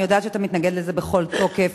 אני יודעת שאתה מתנגד לזה בכל תוקף,